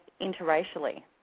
interracially